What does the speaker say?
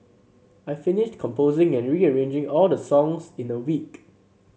I finished composing and rearranging all the songs in a week